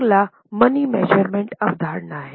अगला money measurement अवधारणा है